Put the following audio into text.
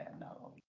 no